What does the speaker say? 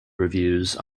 reviews